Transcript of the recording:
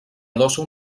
adossa